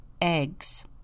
eggs